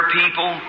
people